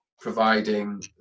providing